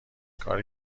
کاری